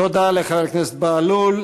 תודה לחבר הכנסת בהלול.